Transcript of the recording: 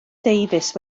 dafis